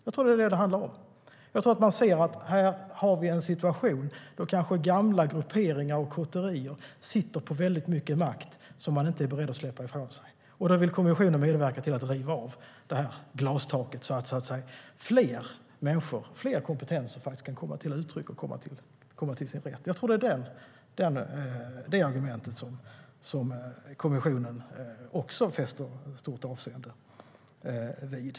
Jag tror att man ser att här har vi en situation där gamla grupperingar och kotterier sitter på väldigt mycket makt som de inte är beredda att släppa ifrån sig. Då vill kommissionen medverka till att riva av glastaket så att fler kompetenser ska komma till sin rätt. Jag tror att det är detta argument som kommissionen också fäster stort avseende vid.